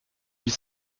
huit